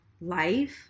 life